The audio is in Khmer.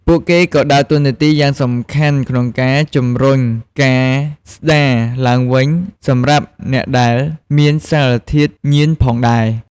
ពួកគេក៏ដើរតួនាទីយ៉ាងសំខាន់ក្នុងការជំរុញការស្ដារឡើងវិញ សម្រាប់អ្នកដែលមានសារធាតុញៀនផងដែរ។